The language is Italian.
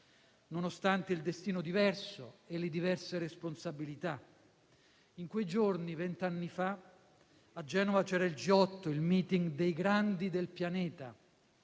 nonostante il destino diverso e le diverse responsabilità. In quei giorni, vent'anni fa, a Genova c'era il G8, il *meeting* dei grandi del pianeta,